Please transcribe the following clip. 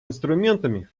инструментами